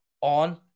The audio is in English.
on